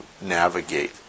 navigate